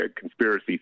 conspiracy